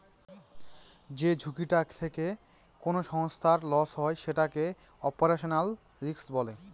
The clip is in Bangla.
যে ঝুঁকিটা থেকে কোনো সংস্থার লস হয় সেটাকে অপারেশনাল রিস্ক বলে